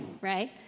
right